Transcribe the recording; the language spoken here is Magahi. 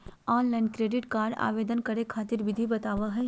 ऑनलाइन क्रेडिट कार्ड आवेदन करे खातिर विधि बताही हो?